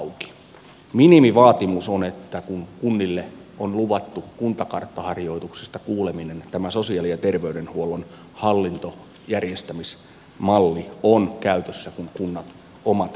minimivaatimus on että kun kunnille on luvattu kuntakarttaharjoituksesta kuuleminen tämä sosiaali ja terveydenhuollon hallintojärjestämismalli on käytössä kun kunnat omat lausuntonsa antavat